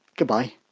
goodbye